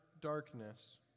darkness